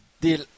deal